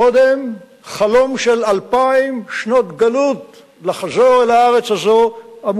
קודם חלום של אלפיים שנות גלות לחזור אל הארץ הזאת,